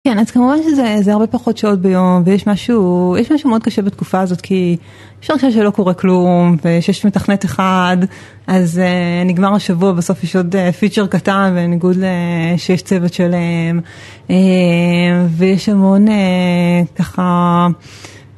אז כמובן שזה הרבה פחות שעות ביום ויש משהו מאוד קשה בתקופה הזאת כי ... שלא קורה כלום ושיש מתכנת אחד אז נגמר השבוע בסוף יש עוד פיצ'ר קטן בניגוד שיש צוות שלם ויש המון ככה.